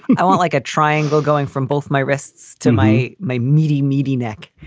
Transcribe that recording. i want like a triangle going from both my wrists to my my meaty, meaty neck.